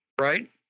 right